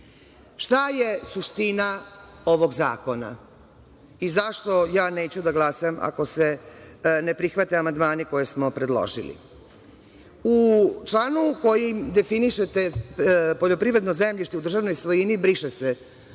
je suština ovog zakona i zašto ja neću da glasam ako se ne prihvate amandmani koje smo predložili? U članu kojim definišete poljoprivredno zemljište u državnoj svojini briše se